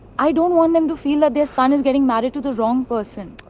i don't want them to feel that their son is getting married to the wrong person.